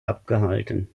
abgehalten